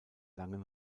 langer